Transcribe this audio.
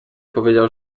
powiedział